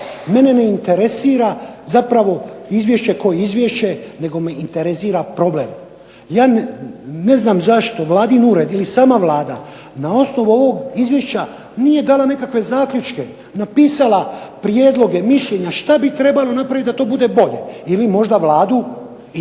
Mene ne interesira zapravo izvješće ko izvješće nego me interesira problem. Ja ne znam zašto vladin ured ili sama Vlada na osnovu ovog izvješća nije dala nekakve zaključke, napisala prijedloge, mišljenja što bi trebalo napraviti da to bude bolje. Ili možda Vladu i